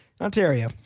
Ontario